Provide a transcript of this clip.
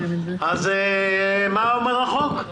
מה אומר החוק?